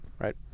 right